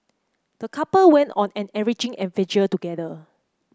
the couple went on an enriching adventure together